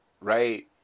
right